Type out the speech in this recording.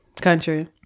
Country